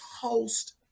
host